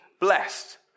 blessed